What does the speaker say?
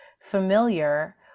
familiar